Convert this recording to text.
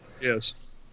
Yes